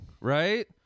right